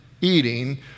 eating